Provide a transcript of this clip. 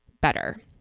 better